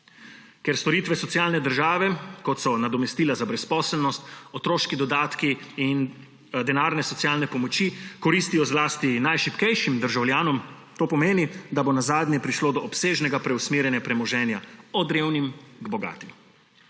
Ker storitve socialne države, kot so nadomestila za brezposelnost, otroški dodatki in denarne socialne pomoči, koristijo zlasti najšibkejšim državljanom, to pomeni, da bo nazadnje prišlo do obsežnega preusmerjanja premoženja od revnih k bogatim.